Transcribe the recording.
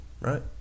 Right